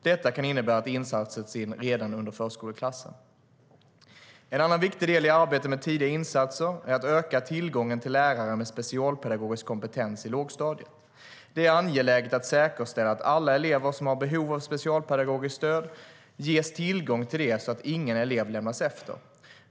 Detta kan innebära att insatser sätts in redan i förskoleklassen. En annan viktig del i arbetet med tidiga insatser är att öka tillgången till lärare med specialpedagogisk kompetens i lågstadiet. Det är angeläget att säkerställa att alla elever som har behov av specialpedagogiskt stöd ges tillgång till det så att ingen elev lämnas efter.